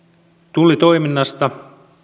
tullitoiminnasta